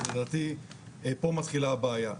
ולדעתי פה מתחילה הבעיה.